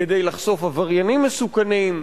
כדי לחשוף עבריינים מסוכנים.